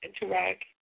Interact